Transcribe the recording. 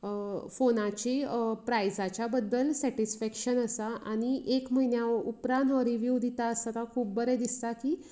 फोनाची प्रायसाच्या बद्दल सेटिसफेक्शन आसा आनी एक म्हयन्या उपरांत हो रिव्ह्यू दिता आसतना खूब बरें दिसता की